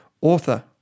author